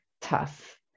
tough